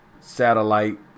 satellite